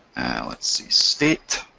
let's see. state,